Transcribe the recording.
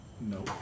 No